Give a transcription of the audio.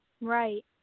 Right